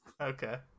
Okay